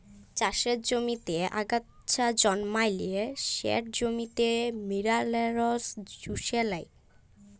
চাষের জমিতে আগাছা জল্মালে সেট জমির মিলারেলস চুষে লেই